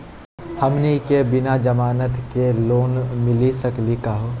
हमनी के बिना जमानत के लोन मिली सकली क हो?